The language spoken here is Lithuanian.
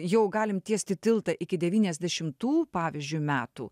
jau galim tiesti tiltą iki devyniasdešimtų pavyzdžiui metų